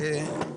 בבקשה.